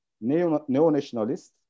neo-nationalists